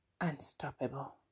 unstoppable